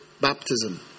baptism